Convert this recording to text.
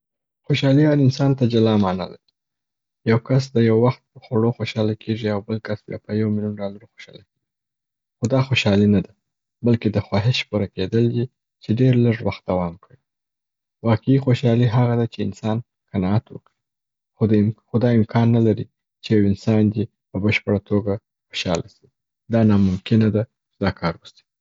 خوشحالي هر انسان ته جلا معنی لري. یو کس د یو وخت په خوړو خوشحاله کیږي او بل کس بیا په یو میلیون ډالرو خوشحاله کیږي، خو دا خوشحالي نه ده، بلکی د خواهش پوره کیدل دي چې ډېر لږ وخت دوام کوي. واقعي خوشحالي هغه ده چې انسان قنعات وکړي، خو دا ام- دا امکان نه لري چي یو انسان دي په بشپړه توګه خوشحاله سي. دا ناممکنه ده دا کار وسي.